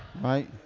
right